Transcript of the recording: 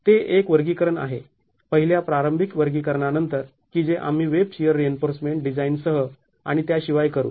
तर ते एक वर्गीकरण आहे पहिल्या प्रारंभिक वर्गीकरणानंतर की जे आम्ही वेब शिअर रिइन्फोर्समेंट डिझाईन सह आणि त्याशिवाय करू